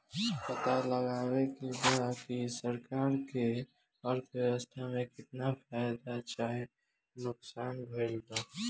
पता लगावे के बा की सरकार के अर्थव्यवस्था में केतना फायदा चाहे नुकसान भइल बा